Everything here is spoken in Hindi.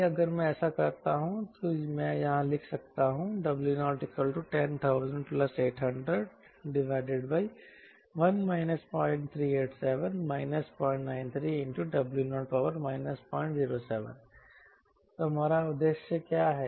इसलिए अगर मैं ऐसा करता हूं तो मैं यहां लिख सकता हूं W0100008001 0387 093W0 007 तो हमारा उद्देश्य क्या है